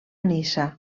niça